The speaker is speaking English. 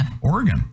Oregon